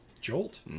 Jolt